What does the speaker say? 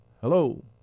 Hello